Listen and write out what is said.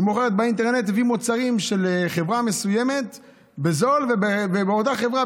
והיא מוכרת באינטרנט מוצרים של חברה מסוימת בזול ושל אותה חברה,